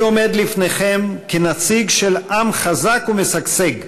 אני עומד לפניכם כנציג של עם חזק ומשגשג,